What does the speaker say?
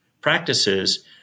practices